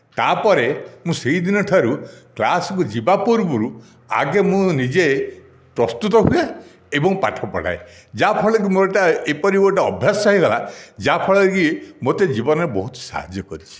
ତା ପରେ ମୁଁ ସେହିଦିନଠାରୁ କ୍ଲାସ୍କୁ ଯିବା ପୂର୍ବରୁ ଆଗେ ମୁଁ ନିଜେ ପ୍ରସ୍ତୁତ ହୁଏ ଏବଂ ପାଠ ପଢ଼ାଏ ଯାହା ଫଳରେ କି ମୋର ଏଇଟା ଏପରି ଗୋଟିଏ ଅଭ୍ୟାସ ହୋଇଗଲା ଯାହା ଫଳରେ କି ମୋତେ ଜୀବନରେ ବହୁତ ସାହାଯ୍ୟ କରିଛି